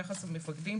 יחס המפקדים,